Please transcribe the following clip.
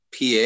PA